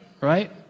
Right